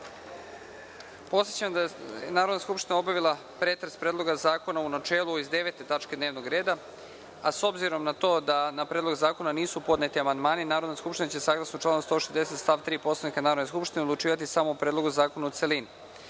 vas da je Narodna skupština obavila pretres Predloga zakona u načelu iz 9. tačke dnevnog reda, a s obzirom na to da na Predlog zakona nisu podneti amandmani, Narodna skupština će shodno članu 160. stav 3. Poslovnika Narodne skupštine, odlučivati samo o Predlogu zakona u celini. Pre